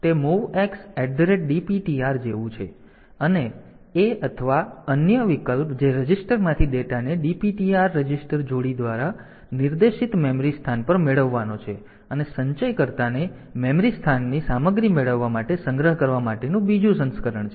તેથી તે MOVX DPTR જેવું છે અને A અથવા અન્ય વિકલ્પ એ રજિસ્ટરમાંથી ડેટાને DPTR રજિસ્ટર જોડી દ્વારા નિર્દેશિત મેમરી સ્થાન પર મેળવવાનો છે અને સંચયકર્તાને મેમરી સ્થાનની સામગ્રી મેળવવા માટે સંગ્રહ કરવા માટેનું બીજું સંસ્કરણ છે